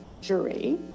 jury